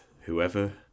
whoever